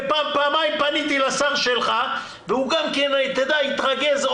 ופעמיים פניתי לשר שלך והוא התרגז,